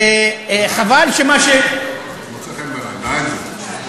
מוצא חן בעיני.